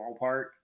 ballpark